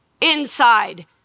inside